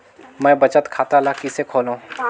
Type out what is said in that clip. मैं बचत खाता ल किसे खोलूं?